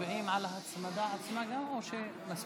הצעת חוק ההתיישנות (תיקון,